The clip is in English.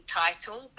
title